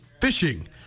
fishing